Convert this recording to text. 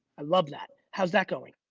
i love that. how's that going?